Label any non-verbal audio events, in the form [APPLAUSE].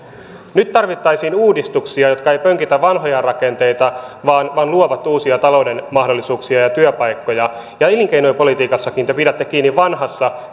nyt tarvittaisiin uudistuksia jotka eivät pönkitä vanhoja rakenteita vaan vaan luovat uusia talouden mahdollisuuksia ja työpaikkoja elinkeinopolitiikassakin te pidätte kiinni vanhasta [UNINTELLIGIBLE]